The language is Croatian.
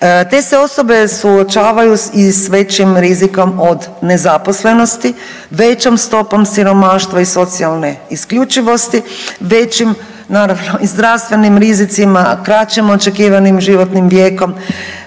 Te se osobe suočavaju i sa većim rizikom od nezaposlenosti, većom stopom siromaštva i socijalne isključivosti, većim naravno i zdravstvenim rizicima, kraćim očekivanim životnim vijekom